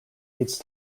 need